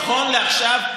נכון לעכשיו,